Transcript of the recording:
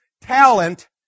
talent